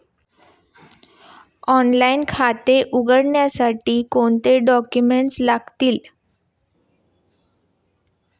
Online खाते उघडण्यासाठी कोणते डॉक्युमेंट्स लागतील?